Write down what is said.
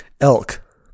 elk